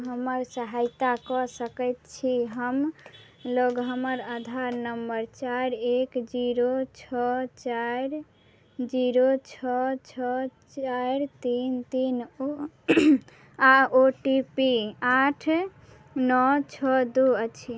हमर सहायता कऽ सकै छी हमरालग हमर आधार नम्बर चारि एक जीरो छओ चारि जीरो छओ छओ चारि तीन तीन आओर ओ टी पी आठ नओ छओ दुइ अछि